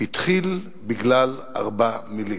התחיל בגלל ארבע מלים.